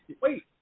Wait